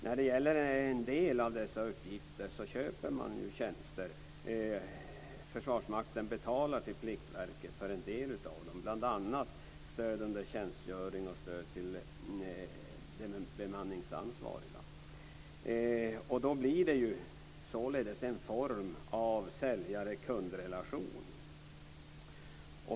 När det gäller en del av dessa uppgifter köper Försvarsmakten en del tjänster av Pliktverket, bl.a. stöd under tjänstgöring och stöd till bemanningsansvariga. Då blir det således en form av säljare-kund-relation.